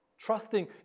Trusting